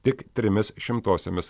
tik trimis šimtosiomis